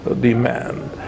demand